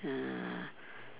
uh